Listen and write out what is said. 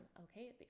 okay